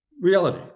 reality